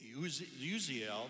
Uziel